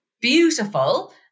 beautiful